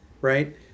Right